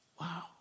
Wow